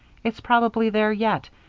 it's probably there yet,